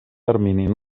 termini